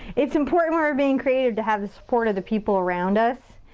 it's important when we're being creative to have the support of the people around us.